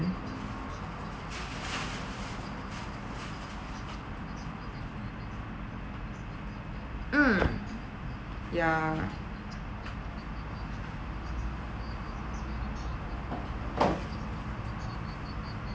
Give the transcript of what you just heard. mm ya